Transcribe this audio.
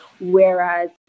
whereas